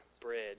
bread